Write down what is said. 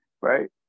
right